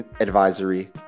Advisory